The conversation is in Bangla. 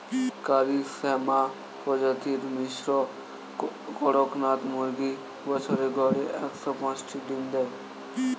কারি শ্যামা প্রজাতির মিশ্র কড়কনাথ মুরগী বছরে গড়ে একশ পাঁচটি ডিম দেয়